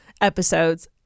episodes